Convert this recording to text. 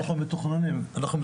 אנחנו מתוכננים.